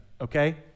okay